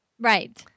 Right